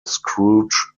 scrooge